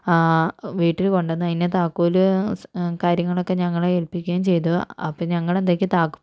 വീട്ടില് കൊണ്ട് വന്ന് അയിൻ്റെ താക്കോല് കാര്യങ്ങളൊക്കെ ഞങ്ങളെ ഏൽപ്പിക്കുകയും ചെയ്തു അപ്പം ഞങ്ങളെന്തക്കെ